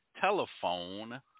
telephone –